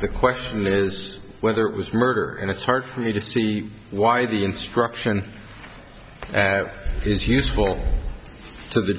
the question is whether it was murder and it's hard for me to see why the instruction it is useful to the